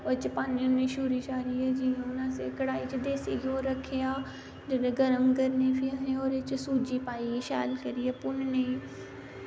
ओह्दे च पान्ने होन्ने शूरी शारियै जियां हुन असैं कड़ाही च देस्सी घ्यो रक्खेआ जेल्ले गर्म करने फ्ही असें ओह्दे च सूजी पाईयै शैल करियै भुन्ननी